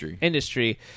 industry